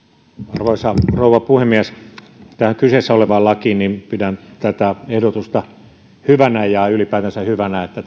arvoisa rouva puhemies tähän kyseessä olevaan lakiin pidän tätä ehdotusta hyvänä ja ylipäätänsä hyvänä että